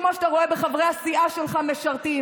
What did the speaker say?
כמו שאתה רואה בחברי הסיעה שלך משרתים.